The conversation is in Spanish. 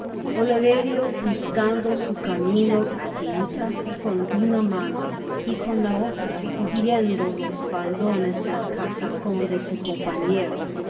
oliverio buscando su camino á tientas con una mano y con la otra cojiendo los faldones del casacon de su compañero